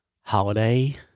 holiday